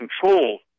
control